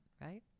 right